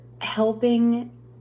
helping